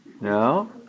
No